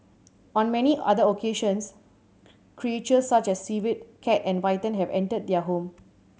on many other occasions creatures such as a civet cat and a python have entered their home